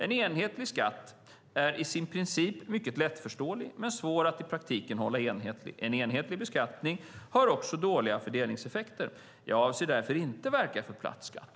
En enhetlig skatt är i princip mycket lättförståelig men i praktiken svår att hålla enhetlig. En enhetlig beskattning har också dåliga fördelningseffekter. Jag avser därför inte att verka för platt skatt.